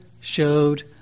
showed